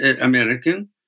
American